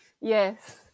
Yes